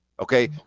Okay